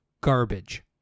garbage